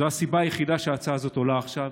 זו הסיבה היחידה שההצעה הזאת עולה עכשיו,